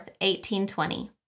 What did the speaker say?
1820